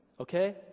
Okay